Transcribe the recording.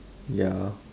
ya